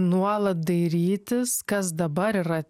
nuolat dairytis kas dabar yra